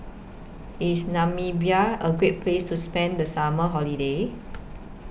IS Namibia A Great Place to spend The Summer Holiday